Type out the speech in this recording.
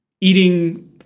eating